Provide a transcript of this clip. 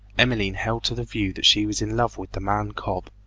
emmeline held to the view that she was in love with the man cobb,